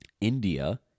India